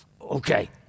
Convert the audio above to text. okay